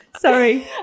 Sorry